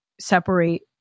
separate